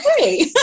okay